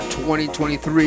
2023